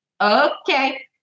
Okay